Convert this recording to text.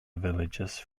villagers